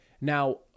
Now